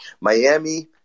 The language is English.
Miami